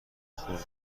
خوردن